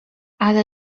ale